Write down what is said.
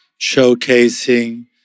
showcasing